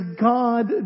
God